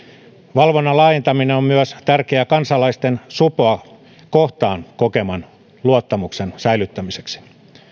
valvonnan laajentaminen on tärkeää myös kansalaisten supoa kohtaan kokeman luottamuksen säilyttämiseksi